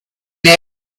egg